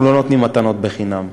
אנחנו לא נותנים מתנות חינם.